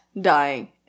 dying